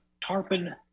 TARPON